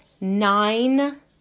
nine